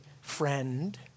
friend